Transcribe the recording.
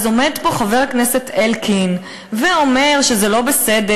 אז עומד פה חבר הכנסת אלקין ואומר שזה לא בסדר,